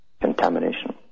Contamination